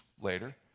later